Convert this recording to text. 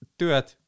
työt